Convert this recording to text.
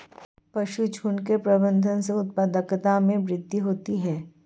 पशुझुण्ड के प्रबंधन से उत्पादकता में वृद्धि होती है